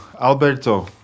Alberto